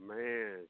man